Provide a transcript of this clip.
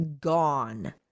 gone